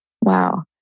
Wow